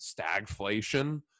stagflation